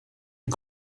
est